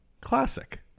classic